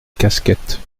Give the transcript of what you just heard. casquettes